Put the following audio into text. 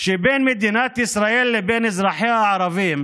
בין מדינת ישראל לבין אזרחיה הערבים